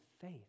faith